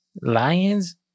lions